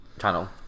channel